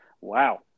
wow